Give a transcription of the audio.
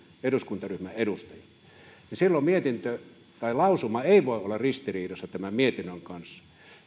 eduskuntaryhmän edustajat silloin lausuma ei voi olla ristiriidassa tämän mietinnön kanssa